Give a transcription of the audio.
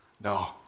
No